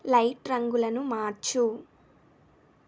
light రంగులను మార్చు